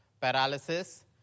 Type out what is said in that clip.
paralysis